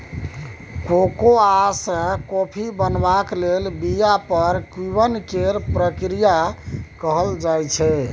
cocoa सँ coffee बनेबाक लेल बीया पर किण्वन केर प्रक्रिया कएल जाइ छै